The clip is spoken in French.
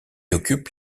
occupe